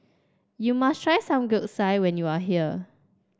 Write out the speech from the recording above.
you must try Samgeyopsal when you are here